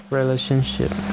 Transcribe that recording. relationship